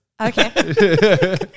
Okay